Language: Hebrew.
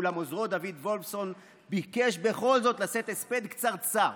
אולם עוזרו דוד וולפסון ביקש בכל זאת לשאת הספד קצרצר.